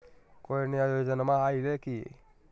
कोइ नया योजनामा आइले की?